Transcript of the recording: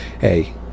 hey